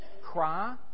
cry